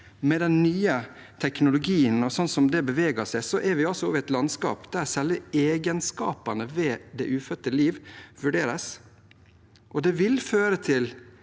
med den nye teknologien og slik dette beveger seg, er vi over i et landskap der selve egenskapene til det ufødte liv vurderes. Det vil føre til